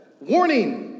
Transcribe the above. Warning